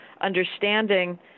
understanding